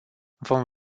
vom